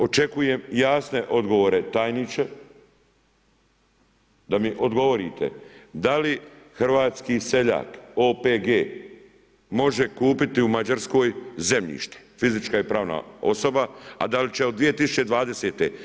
Očekujem jasne odgovore tajniče da mi odgovorite da li hrvatski seljak OPG može kupiti u Mađarskoj zemljište, fizička i pravna osoba, a da li će od 2020.